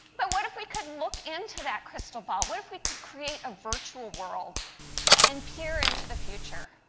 but what if we could look into that crystal ball? what if we could create a virtual world and peer into the future?